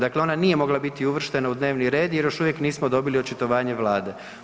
Dakle, ona nije mogla biti uvrštena u dnevni red jer još uvijek nismo dobili očitovanje vlade.